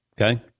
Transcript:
Okay